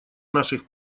наших